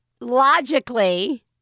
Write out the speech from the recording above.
logically